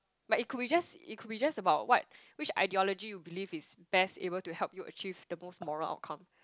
but it could be just it could be just about what which ideology you believe is best able to help you achieve the most moral outcome